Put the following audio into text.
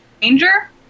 danger